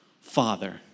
Father